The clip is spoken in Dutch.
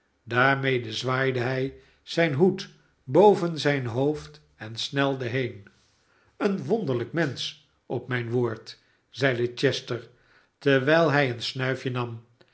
daarmede zwaaide hij zijn hoed boven zijn hoofd en snelde heen een wonderlijk mensch op mijn woord zeide chester terwijl hij i een snuifje nam